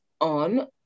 on